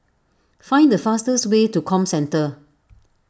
find the fastest way to Comcentre